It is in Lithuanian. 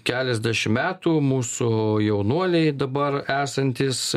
keliasdešimt metų mūsų jaunuoliai dabar esantys